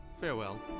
Farewell